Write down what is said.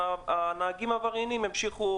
והנהגים העברייניים ימשיכו,